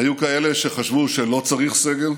היו כאלה שחשבו שלא צריך סגר,